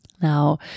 Now